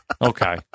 Okay